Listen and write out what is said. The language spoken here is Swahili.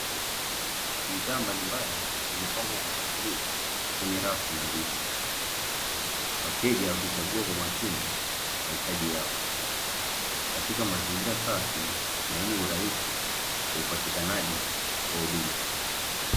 Bidhaa mbalimbali zimepangwa kwa mpangilio kwenye rafu nadhifu wateja wakichagua kwa makini mahitaji yao katika mazingira safi na yenye urahisi wa upatikanaji wa huduma.